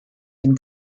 and